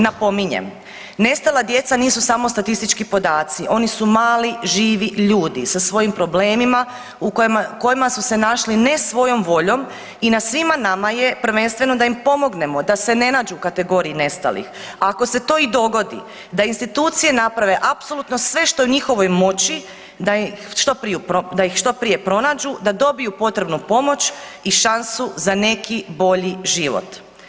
Napominjem, nestala djeca nisu samo statistički podaci, oni su mali živi ljudi sa svojim problemima u kojima su se našli ne svojom voljom i na svima nama je prvenstveno da im pomognemo da se ne nađu u kategoriji nestalih, a ako se to i dogodi da institucije naprave apsolutno sve što je u njihovoj moći da ih što prije pronađu, da dobiju potrebnu pomoć i šansu za neki bolji život.